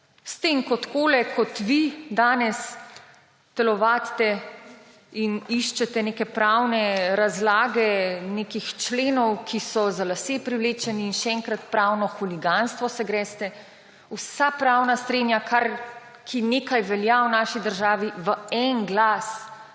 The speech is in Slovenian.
s tem, ko takole kot vi danes telovadite in iščete neke pravne razlage nekih členov, ki so za lase privlečeni. Še enkrat, pravno huliganstvo se greste. Vsa pravna srenja, ki nekaj velja v naši državi, v en glas